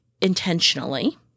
intentionally